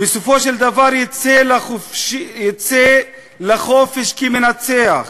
בסופו של דבר יצא לחופש כמנצח.